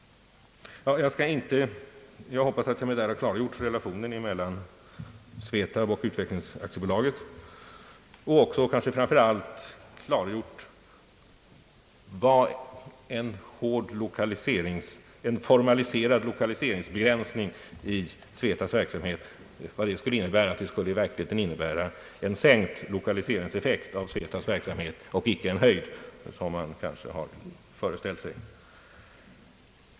Jag hoppas att jag därmed har klargjort relationen mellan SVETAB och utvecklingsbolaget och kanske framför allt klargjort vad en formaliserad lokaliseringsbegränsning av SVETAB:s verksamhet skulle innebära. Det skulle i verkligheten innebära en sänkt lokaliseringseffekt när det gäller SVETAB:s verksamhet och icke en höjd — som man kanske har föreställt sig.